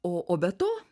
o o be to